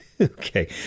Okay